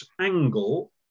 angle